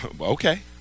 Okay